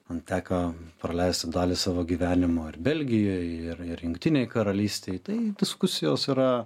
man teko praleisti dalį savo gyvenimo ir belgijoj ir ir jungtinėj karalystėj tai diskusijos yra